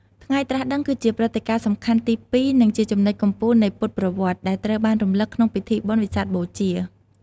ថ្ងៃត្រាស់ដឹង គឺជាព្រឹត្តិការណ៍ដ៏សំខាន់ទីពីរ និងជាចំណុចកំពូលនៃពុទ្ធប្រវត្តិ ដែលត្រូវបានរំលឹកក្នុងពិធីបុណ្យវិសាខបូជា។